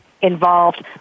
involved